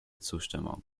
zustimmung